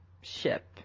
ship